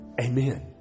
Amen